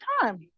time